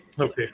okay